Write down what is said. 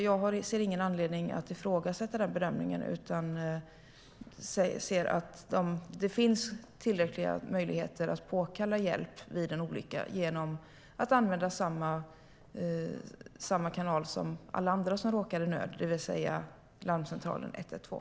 Jag ser ingen anledning att ifrågasätta den bedömningen, utan jag anser att det finns tillräckliga möjligheter att påkalla hjälp vid en olycka genom att använda samma kanal som alla andra som råkar i nöd, det vill säga larmcentralen 112.